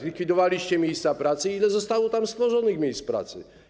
Zlikwidowaliście miejsca pracy, ile zostało tam stworzonych miejsc pracy?